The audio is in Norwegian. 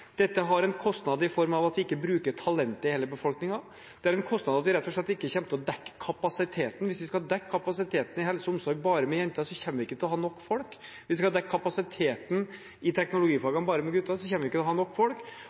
Dette har en kostnad i form av at vi ikke bruker talentet i hele befolkningen, det har en kostnad ved at vi rett og slett ikke kommer til å dekke kapasiteten. Hvis vi skal dekke kapasiteten innenfor helse og omsorg bare med jenter, kommer vi ikke til å ha nok folk. Hvis vi skal dekke kapasiteten i teknologifagene bare med gutter, kommer vi ikke til å ha nok folk.